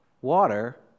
water